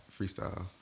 freestyle